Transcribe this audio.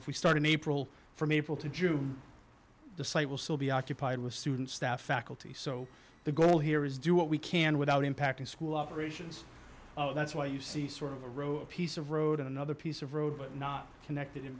if we start in april from april to june the site will still be occupied with students staff faculty so the goal here is do what we can without impacting school operations that's why you see sort of a row a piece of road another piece of road but not connected in